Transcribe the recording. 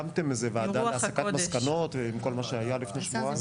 הקמתם איזה ועדה להסקת מסקנות עם כל מה שהיה לפני שבועיים?